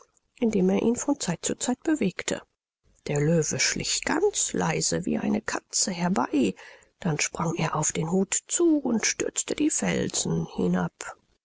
indem er ihn von zeit zu zeit bewegte der löwe schlich ganz leise wie eine katze herbei dann sprang er auf den hut zu und stürzte die felsen hinab